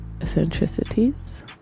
eccentricities